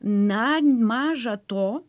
na maža to